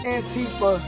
Antifa